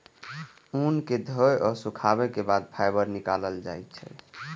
ऊन कें धोय आ सुखाबै के बाद फाइबर निकालल जाइ छै